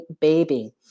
baby